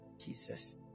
Jesus